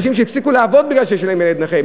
אנשים שהפסיקו לעבוד מפני שיש להם ילד נכה.